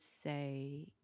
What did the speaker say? say